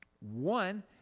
one